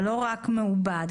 אבל לא רק מעובד,